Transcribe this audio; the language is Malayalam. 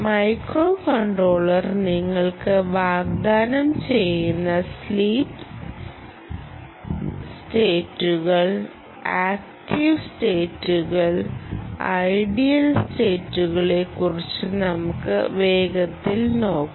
മൈക്രോകൺട്രോളർ നിങ്ങൾക്ക് വാഗ്ദാനം ചെയ്യുന്നു സ്ലീപ് സ്റ്റേറ്റുകൾ ആക്റ്റീവ് സ്റ്റേറ്റുകൾ ഐഡിയൽ സ്റ്റേറ്റുകളെ കുറിച്ച് നമുക്ക് വേഗത്തിൽ നോക്കാം